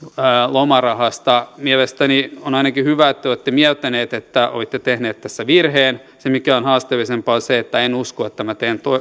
lomarahasta mielestäni on ainakin hyvä että te olette mieltäneet että olitte tehneet tässä virheen se mikä on haasteellisempaa on se että en usko että tämä teidän